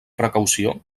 precaució